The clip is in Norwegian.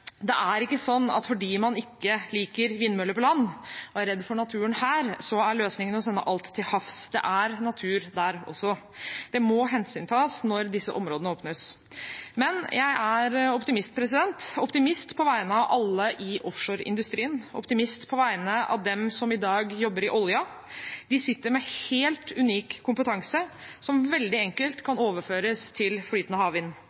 Det er ikke sånn at fordi man ikke liker vindmøller på land og er redd for naturen her, så er løsningen å sende alt til havs. Det er natur der også, og det må hensyntas når disse områdene åpnes. Men jeg er optimist – optimist på vegne av alle i offshoreindustrien, og optimist på vegne av dem som i dag jobber i oljenæringen. De sitter med helt unik kompetanse som veldig enkelt kan overføres til flytende havvind.